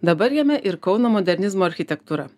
dabar jame ir kauno modernizmo architektūra